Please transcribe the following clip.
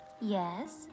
Yes